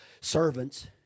servants